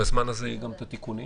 בזמן הזה יהיו גם התיקונים.